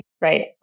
right